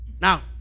Now